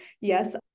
yes